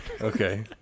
Okay